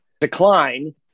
decline